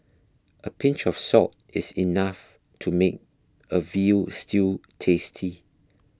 a pinch of salt is enough to make a Veal Stew tasty